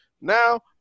Now